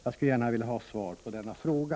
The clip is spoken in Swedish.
Jag skulle gärna vilja ha svar på denna fråga.